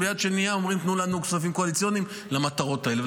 וביד שנייה אומרים: תנו לנו כספים קואליציוניים למטרות האלה.